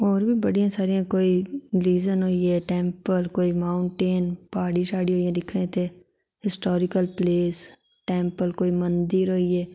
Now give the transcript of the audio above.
होर बी बड़ियां सारियां कोई रीजन होइये कोई टैम्पल कोई माऊंटेन प्हाड़ी होई दिक्खने आस्तै हिस्टोरिकल प्लेस कोई टैम्पल कोई मंदर होइये